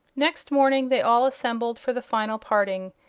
next morning they all assembled for the final parting,